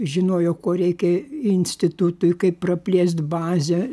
žinojo ko reikia institutui kaip praplėst bazę